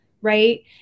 Right